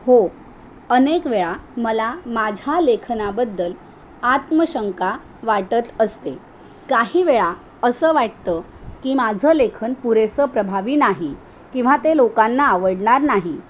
हो अनेक वेळा मला माझ्या लेखनाबद्दल आत्मशंका वाटत असते काही वेळा असं वाटतं की माझं लेखन पुरेसं प्रभावी नाही किंवा ते लोकांना आवडणार नाही